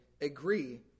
agree